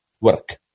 work